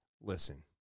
Listen